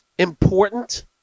important